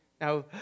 Now